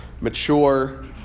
mature